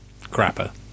crapper